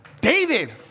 David